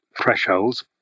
thresholds